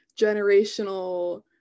generational